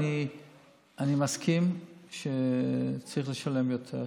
אני מסכים שצריך לשלם יותר.